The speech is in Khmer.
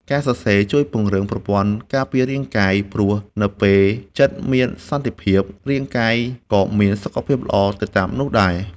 ការសរសេរជួយពង្រឹងប្រព័ន្ធការពាររាងកាយ ព្រោះនៅពេលចិត្តមានសន្តិភាព រាងកាយក៏មានសុខភាពល្អទៅតាមនោះដែរ។